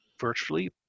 virtually